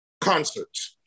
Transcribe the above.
concerts